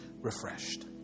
refreshed